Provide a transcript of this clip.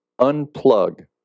unplug